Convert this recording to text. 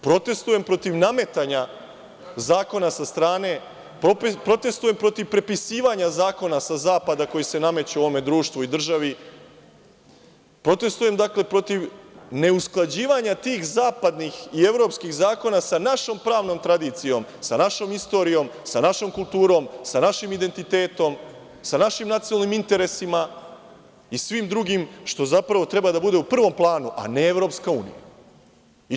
Protestujem protiv nametanja zakona sa strane, protestujem protiv prepisivanja zakona sa zapada koji se nameću ovome društvu i državi, protestujem protiv neusklađivanja tih zapadnih i evropskih zakona sa našom pravnom tradicijom, sa našom istorijom, sa našom kulturom, sa našim identitetom, sa našim nacionalnim interesima i svim drugim, što zapravo treba da bude u prvom planu, a ne Evropska unija.